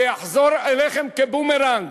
זה יחזור אליכם כבומרנג,